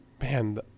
man